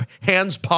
hands